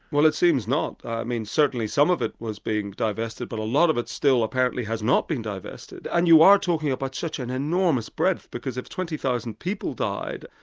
well it seems not. i mean certainly some of it was being divested, but a lot of it still apparently has not been divested, and you are talking about such an enormous breadth, because if twenty thousand people died,